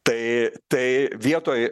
tai tai vietoj